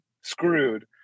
screwed